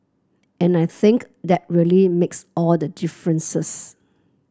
and I think that really makes all the differences